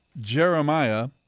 Jeremiah